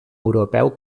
europeu